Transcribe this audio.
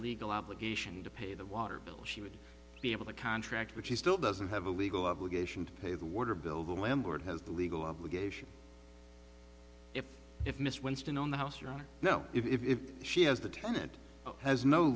legal obligation to pay the water bill she would be able to contract which she still doesn't have a legal obligation to pay the water bill the landlord has the legal obligation if if mr winston own the house you know if she has the tenant has no